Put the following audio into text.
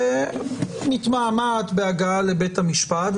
והיא מתמהמהת בהגעה לבית המשפט,